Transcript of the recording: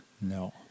No